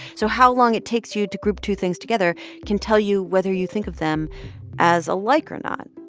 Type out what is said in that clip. so how long it takes you to group two things together can tell you whether you think of them as alike or not.